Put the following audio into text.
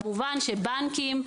כמובן שבנקים,